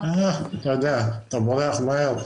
אתה יודע, אתה בורח מהר.